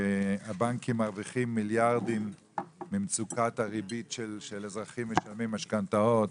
והבנקים מרוויחים מיליארדים ממצוקת הריבית של אזרחים משלמי משכנתאות,